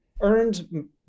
earned